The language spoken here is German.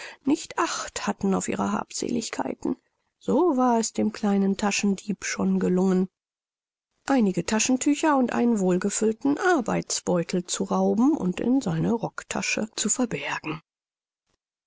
nicht acht hatten auf ihre habseligkeiten so war es dem kleinen taschendieb schon gelungen einige taschentücher und einen wohlgefüllten arbeitsbeutel zu rauben und in seine rocktasche zu verbergen